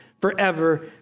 forever